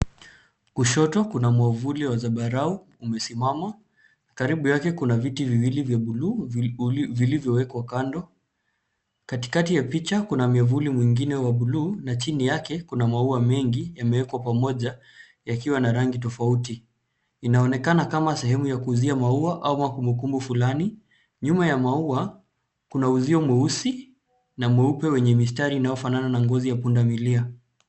Kushoto kuna mwavuli wa zambarau umesimama. Karibu yake kuna viti viwili vya buluu vilivyowekwa kando. Katikati ya kuna miavuli mingine ya buluu na chini yake kuna maua mengi yamewekwa pamoja yakiwa na rangi tofauti inaonekana kama sehemu ya kuuzia maua au kumbukumbu fulani. Nyuma ya maua kuna uzio mweusi na mweupe wenyw unaofanana na ngozi ya punda milia.